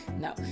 no